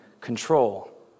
control